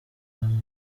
bihano